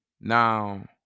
Now